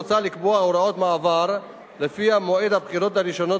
מוצע לקבוע הוראות מעבר שלפיהן מועד הבחירות הראשונות